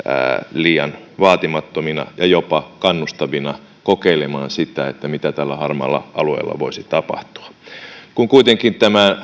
liian vaatimattomina ja jopa kannustavina kokeilemaan sitä mitä tällä harmaalla alueella voisi tapahtua kun kuitenkin